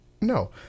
no